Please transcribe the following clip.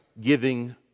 Giving